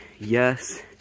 yes